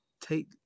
Take